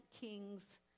Kings